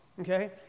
okay